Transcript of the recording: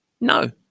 No